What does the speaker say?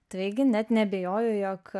taigi net neabejoju jog